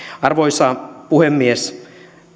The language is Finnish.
arvoisa puhemies